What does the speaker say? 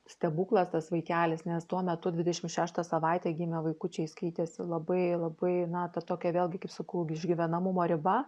stebuklas tas vaikelis nes tuo metu dvidešim šeštą savaitę gimę vaikučiai skaitėsi labai labai na ta tokia vėlgi kaip sakau išgyvenamumo riba